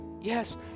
Yes